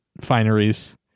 fineries